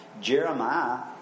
Jeremiah